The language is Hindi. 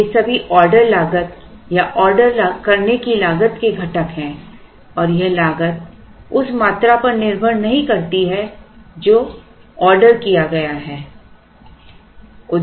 तो ये सभी ऑर्डर लागत या ऑर्डर करने की लागत के घटक हैं और यह लागत उस मात्रा पर निर्भर नहीं करता है जो ऑर्डर किया गया है